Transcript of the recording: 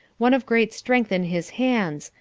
one of great strength in his hands,